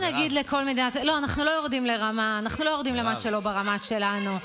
מירב, לא, אנחנו לא יורדים לרמה שלא ברמה שלנו.